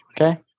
Okay